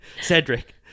Cedric